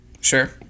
sure